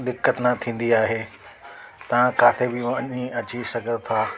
दिकतु न थींदी आहे तव्हां किथे बि वञी अची सघो था